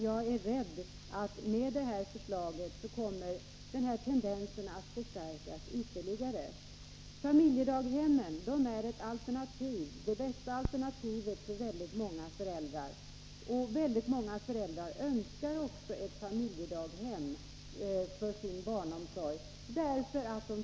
Jag är rädd för att med det här förslaget kommer den nuvarande tendensen att förstärkas ytterligare. Familjedaghem är ett alternativ — det bästa alternativet för väldigt många föräldrar. Därför önskar också många föräldrar ett familjedaghem för sin barnomsorg.